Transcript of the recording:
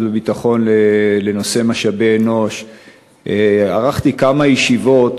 וביטחון לנושא משאבי אנוש ערכתי כמה ישיבות,